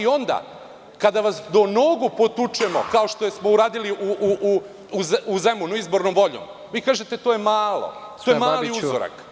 Onda, kada vas do nogu potučemo kao što smo uradili u Zemunu izbornom voljom, vi kažete – to je malo, to je mali uzorak.